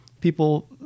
People